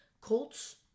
Colts